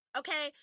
okay